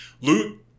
Loot